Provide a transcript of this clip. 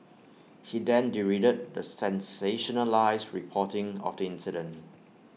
he then derided the sensationalised reporting of the incident